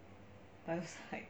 bio psych